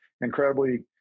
incredibly